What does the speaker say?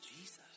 Jesus